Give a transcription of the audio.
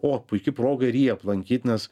o puiki proga ir jį aplankyt nes